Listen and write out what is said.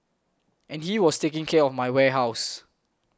and he was taking care of my warehouse